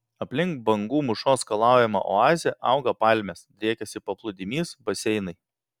aplink bangų mūšos skalaujamą oazę auga palmės driekiasi paplūdimys baseinai